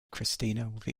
christina